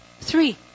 Three